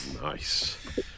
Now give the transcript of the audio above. Nice